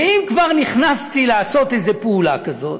ואם כבר נכנסתי לעשות איזה פעולה כזאת,